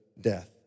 death